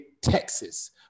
Texas